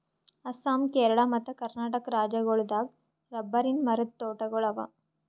ಅಸ್ಸಾಂ ಕೇರಳ ಮತ್ತ್ ಕರ್ನಾಟಕ್ ರಾಜ್ಯಗೋಳ್ ದಾಗ್ ರಬ್ಬರಿನ್ ಮರದ್ ತೋಟಗೋಳ್ ಅವಾ